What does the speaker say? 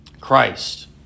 Christ